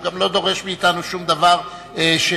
הוא גם לא דורש מאתנו שום דבר שאחרים